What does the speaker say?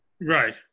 right